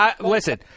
listen